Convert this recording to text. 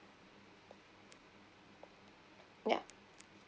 ya